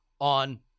on